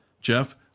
Jeff